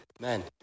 Man